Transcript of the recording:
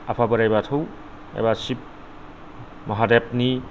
आफा बोराय बाथौ एबा शिब महादेबनि